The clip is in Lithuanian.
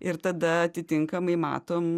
ir tada atitinkamai matom